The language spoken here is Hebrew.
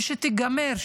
ושתיגמר,